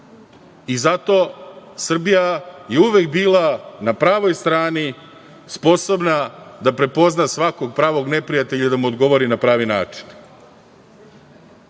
i zato Srbija je uvek bila na pravoj strani, sposobna da prepozna svakog pravog neprijatelja i da mu odgovori na pravi